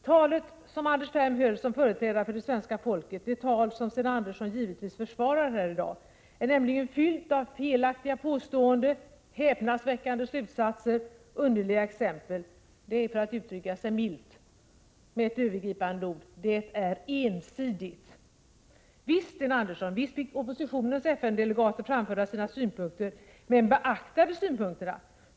Talet som Anders Ferm höll som företrädare för det svenska folket, det tal som Sten Andersson givetvis försvarar här i dag, var nämligen fyllt av felaktiga påståenden, häpnadsväckande slutsatser, underliga exempel. Detta är att uttrycka sig milt. Med ett övergripande ord: Talet är ensidigt! Visst, Sten Andersson, fick oppositionens FN-delegater framföra sina synpunkter, men beaktades synpunkterna?